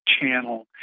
channel